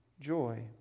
joy